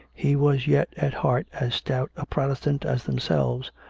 he was yet at heart as stout a protestant as themselves,